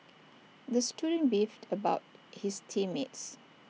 the student beefed about his team mates